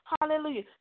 Hallelujah